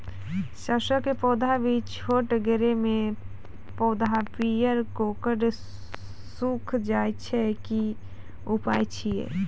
सरसों के पौधा भी छोटगरे मे पौधा पीयर भो कऽ सूख जाय छै, की उपाय छियै?